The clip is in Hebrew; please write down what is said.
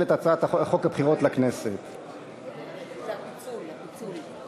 את הצעת חוק הבחירות לכנסת (תיקון מס' 61),